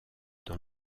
dans